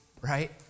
right